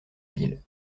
ville